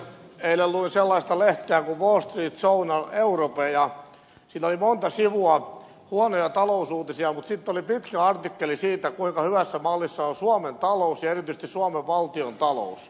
eilen luin sellaista lehteä kuin wall street journal europe ja siinä oli monta sivua huonoja talousuutisia mutta sitten oli pitkä artikkeli siitä kuinka hyvässä mallissa on suomen talous ja erityisesti suomen valtiontalous